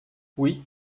oui